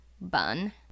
bun